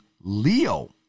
Leo